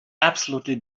absolutely